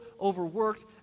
overworked